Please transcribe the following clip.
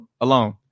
Alone